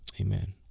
amen